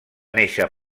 néixer